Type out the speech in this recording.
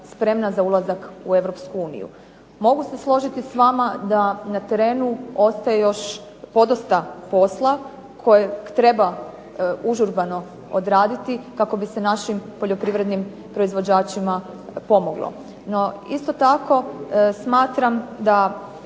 spremna za ulazak u EU. Mogu se složiti s vama da na terenu ostaje još podosta posla kojeg treba užurbano odraditi kako bi se našim poljoprivrednim proizvođačima pomoglo. No, isto tako smatram da